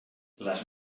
les